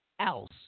else